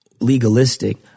legalistic